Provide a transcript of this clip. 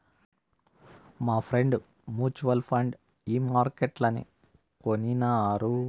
మాఫ్రెండ్ mutual fund ఈ మార్కెట్లనే కొనినారు